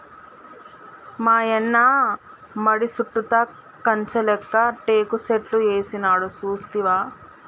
మాయన్న మడి సుట్టుతా కంచె లేక్క టేకు సెట్లు ఏసినాడు సూస్తివా